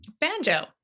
Banjo